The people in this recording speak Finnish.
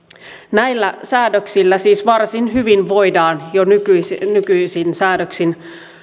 näillä säädöksillä siis varsin hyvin voidaan jo nykyisin säädöksin